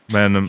Men